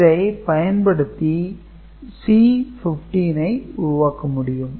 இதைப் பயன்படுத்தி C15 ஐ உருவாக்க முடியும்